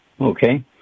okay